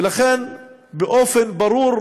ולכן, באופן ברור,